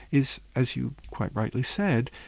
is, as you quite rightly said,